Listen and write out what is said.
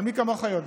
אבל מי כמוך יודע